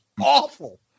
awful